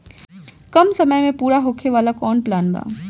कम समय में पूरा होखे वाला कवन प्लान बा?